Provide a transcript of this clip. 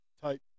Type